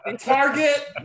Target